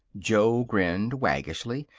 joe grinned, waggishly.